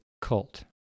cult